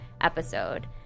episode